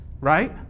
right